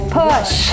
push